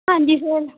ਹਾਂਜੀ ਸਰ